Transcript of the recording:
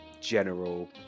General